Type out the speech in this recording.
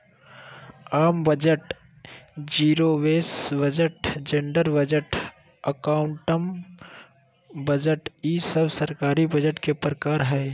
आम budget, zero base budget, gender budget, outcome budget ई सब सरकारी बजट के प्रकार हय